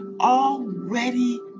already